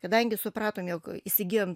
kadangi supratom jog įsigijom